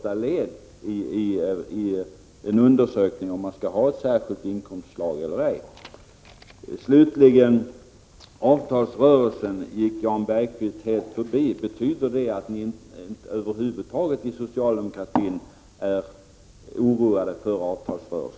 1986/87:117 första led i en undersökning av om man skall ha ett särskilt inkomstslag eller 6 maj 1987 ej; Jan Bergqvist gick helt förbi avtalsrörelsen. Betyder det att ni socialdemokrater över huvud taget inte är oroade för avtalsrörelsen?